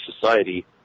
Society